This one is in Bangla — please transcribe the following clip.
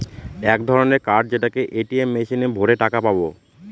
এক ধরনের কার্ড যেটাকে এ.টি.এম মেশিনে ভোরে টাকা পাবো